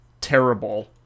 terrible